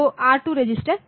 तो R2 register